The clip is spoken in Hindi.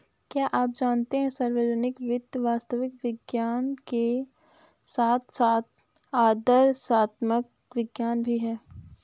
क्या आप जानते है सार्वजनिक वित्त वास्तविक विज्ञान के साथ साथ आदर्शात्मक विज्ञान भी है?